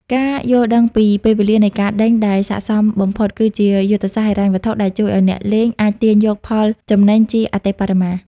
ការយល់ដឹងពី "ពេលវេលានៃការដេញ" ដែលស័ក្តិសមបំផុត គឺជាយុទ្ធសាស្ត្រហិរញ្ញវត្ថុដែលជួយឱ្យអ្នកលេងអាចទាញយកផលចំណេញជាអតិបរមា។